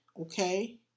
Okay